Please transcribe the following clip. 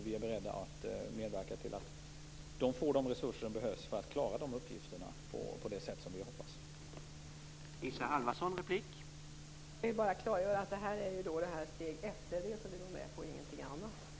Vi är beredda att medverka till att den får de resurser som behövs för att den skall klara uppgiften på det sätt som vi sätter förhoppningar till.